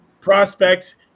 Prospects